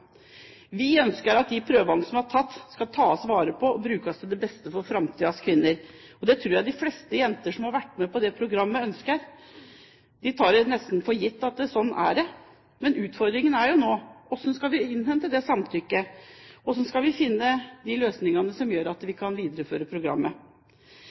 Vi ønsker at de prøvene som er tatt, skal tas vare på og brukes til beste for framtidens kvinner. Det tror jeg de fleste kvinner som har vært med på disse programmene, ønsker. De tar det nesten for gitt at det er slik. Men utfordringen er jo nå hvordan vi skal innhente dette samtykket, og hvordan vi skal finne de løsningene som gjør at vi